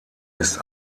ist